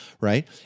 right